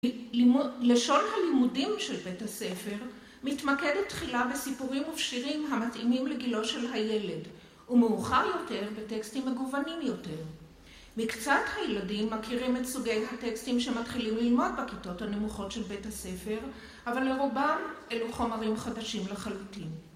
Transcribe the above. לשון הלימודים של בית הספר, מתמקדת תחילה בסיפורים ובשירים המתאימים לגילו של הילד, ומאוחר יותר - בטקסטים מגוונים יותר. מקצת הילדים מכירים את סוגי הטקסטים שמתחילים ללמוד בכיתות הנמוכות של בית הספר, אבל לרובם אלו חומרים חדשים לחלוטין.